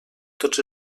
tots